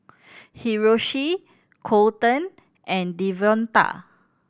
Hiroshi Colton and Devonta